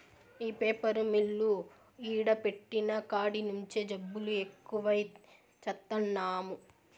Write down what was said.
ఈ paper mill ఈడ పెట్టిన కాడి నుంచే జబ్బులు ఎక్కువై చత్తన్నాము